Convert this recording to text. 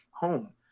home